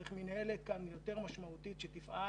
צריך מינהלת יותר משמעותית שתפעל